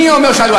מי אומר שהם עלו?